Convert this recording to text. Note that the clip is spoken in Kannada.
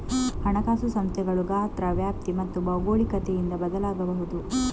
ಹಣಕಾಸು ಸಂಸ್ಥೆಗಳು ಗಾತ್ರ, ವ್ಯಾಪ್ತಿ ಮತ್ತು ಭೌಗೋಳಿಕತೆಯಿಂದ ಬದಲಾಗಬಹುದು